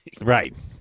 Right